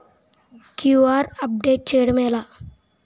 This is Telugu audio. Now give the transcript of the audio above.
క్యూ.ఆర్ అప్డేట్ చేయడం ఎలా?